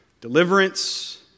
Deliverance